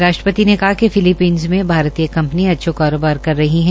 राश्ट्रपति ने कहा कि फिलीपींस में भारतीय कंपनीयां अच्छा कारोबार कर रही हैं